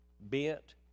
bent